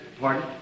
Pardon